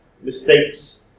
mistakes